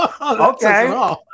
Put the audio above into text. Okay